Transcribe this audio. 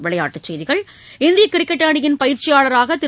விளையாட்டுச்செய்திகள் இந்திய கிரிக்கெட் அணியின் பயிற்சியாளராக திரு